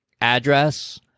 address